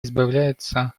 избавляется